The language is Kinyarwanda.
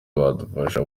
badufasha